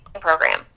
program